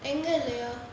india லையா:laiyaa